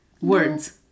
words